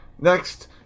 next